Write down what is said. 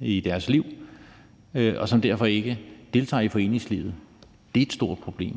i deres liv, og som derfor ikke deltager i foreningslivet. Det er et stort problem,